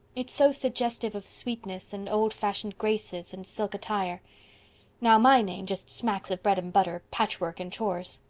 it's so suggestive of sweetness and old-fashioned graces and silk attire now, my name just smacks of bread and butter, patchwork and chores.